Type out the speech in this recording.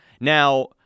Now